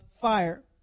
fire